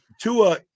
Tua